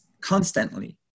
constantly